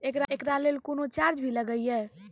एकरा लेल कुनो चार्ज भी लागैये?